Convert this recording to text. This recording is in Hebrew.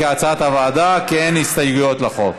כהצעת הוועדה, כי אין הסתייגויות לחוק.